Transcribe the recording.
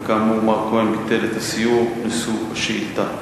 וכאמור מר כהן ביטל את הסיור נשוא השאילתא.